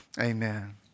Amen